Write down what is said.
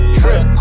trip